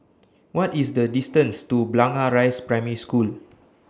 What IS The distance to Blangah Rise Primary School